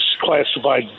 classified